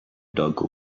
doug